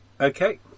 Okay